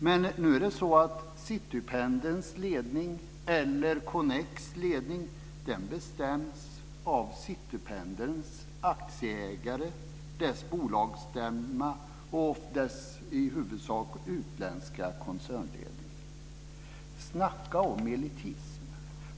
Men nu bestäms Citypendelns eller Connex ledning av Citypendelns aktieägare, dess bolagsstämma och dess i huvudsak utländska koncernledning. Snacka om elitism.